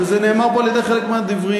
וזה נאמר פה על-ידי חלק מהדוברים.